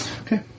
Okay